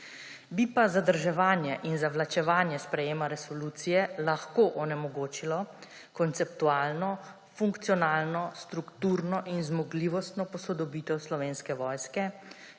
Bi pa zadrževanje in zavlačevanje sprejema resolucije lahko onemogočilo konceptualno, funkcionalno, strukturno in zmogljivostno posodobitev Slovenske vojske